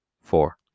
four